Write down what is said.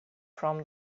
from